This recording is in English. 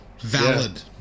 valid